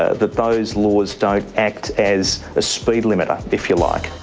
ah that those laws don't act as a speed limiter, if you like.